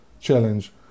challenge